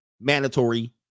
mandatory